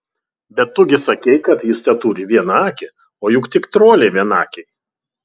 bet tu gi sakei kad jis teturi vieną akį o juk tik troliai vienakiai